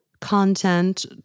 content